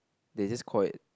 they just call it